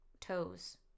toes